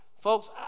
Folks